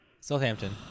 Southampton